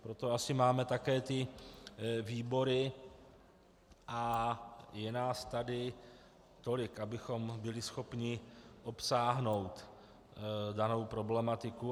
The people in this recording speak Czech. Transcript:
Proto asi máme také výbory a je nás tady tolik, abychom byli schopni obsáhnout danou problematiku.